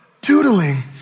doodling